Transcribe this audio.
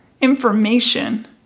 information